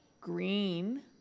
green